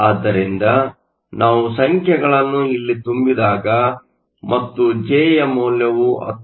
ಆದ್ದರಿಂದ ನಾವು ಸಂಖ್ಯೆಗಳನ್ನು ಇಲ್ಲಿ ತುಂಬಿದಾಗ ಮತ್ತು J ಯ ಮೌಲ್ಯವು 19